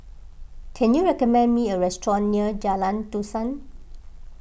can you recommend me a restaurant near Jalan Dusun